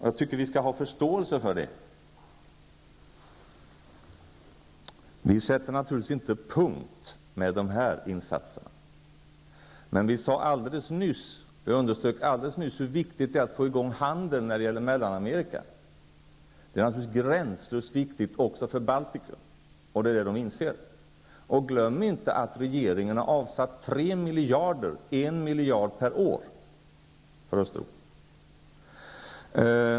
Jag tycker att vi skall ha förståelse för det. Vi sätter naturligtvis inte punkt med de här insatserna. Men jag underströk alldeles nyss hur viktigt det är för Mellanamerika att få i gång handeln. Det är naturligtvis gränslöst viktigt också för Baltikum. Det är det de inser. Glöm inte att regeringen har avsatt 3 miljarder, 1 miljard per år, för Östeuropa.